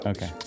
Okay